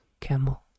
Camel